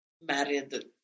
married